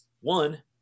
one